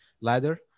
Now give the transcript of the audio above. ladder